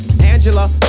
Angela